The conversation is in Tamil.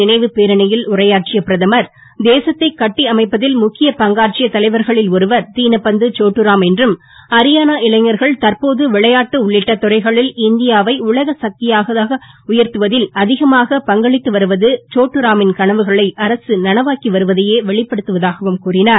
நினைவு பேரணியில் உரையாற்றிய பிரதமர் தேசத்தை கட்டி அமைப்பதில் முக்கிய பங்காற்றிய தலைவர்களில் ஒருவர் தினபந்து சோட்டுராம் என்றும் அரியானா இளைஞர்கள் தற்போது விளையாட்டு உள்ளிட்ட துறைகளில் இந்தியாவை உலக சக்தியாக உயர்த்துவதில் அதிகமாக பங்களித்து வருவது சோட்டுராமின் கனவுகளை அரசு நனவாக்கி வருவதையே வெளிப்படுத்துவதாகவும் கூறினார்